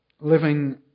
living